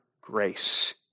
grace